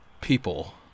people